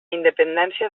independència